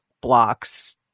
blocks